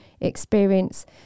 experience